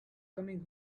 coming